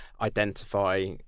identify